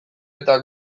eta